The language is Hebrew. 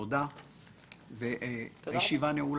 הישיבה נעולה.